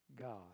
God